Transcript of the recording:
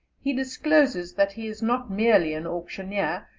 he discloses that he is not merely an auctioneer,